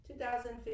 2015